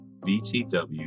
VTW